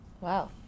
wow